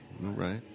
Right